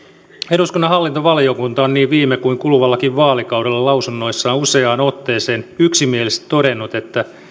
eduskunnan hallintovaliokunta on niin viime kuin kuluvallakin vaalikaudella lausunnoissaan useaan otteeseen yksimielisesti todennut että